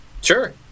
Sure